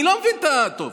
אני לא מבין את, טוב.